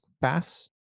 pass